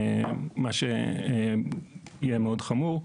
מה שיהיה מאוד חמור.